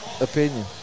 opinion